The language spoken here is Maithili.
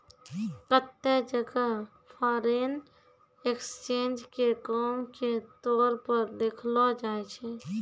केत्तै जगह फॉरेन एक्सचेंज के काम के तौर पर देखलो जाय छै